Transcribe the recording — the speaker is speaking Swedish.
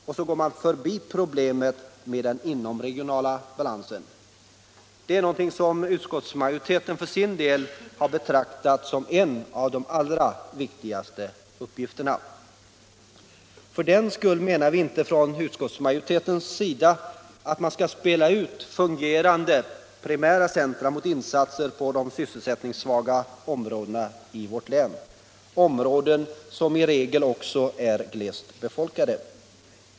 Och så går man förbi problemet med den inomregionala balansen, något som utskottsmajoriteten för sin del har betraktat som en av de allra viktigaste uppgifterna. För den skull menar inte utskottsmajoriteten att man skall spela ut fungerande primära centra mot insatser på de sysselsättningssvaga områdena i vårt land. Områden som i regel också är glest befolkade.